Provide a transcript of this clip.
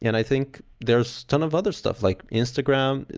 and i think there's ton of other stuff, like instagram.